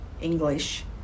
English